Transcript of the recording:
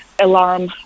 alarm